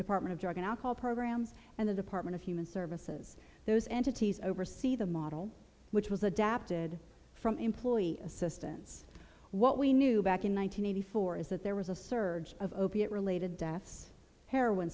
department of drug and alcohol programs and the department of human services those entities oversee the model which was adapted from employee assistance what we knew back in one thousand nine hundred four is that there was a surge of opiate related deaths heroin